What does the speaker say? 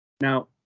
Now